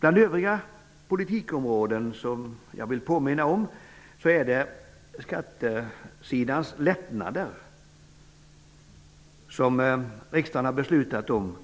Bland övriga politikområden som jag vill påminna om finns företagsbeskattningens område och de lättnader på skattesidan som riksdagen har beslutat om.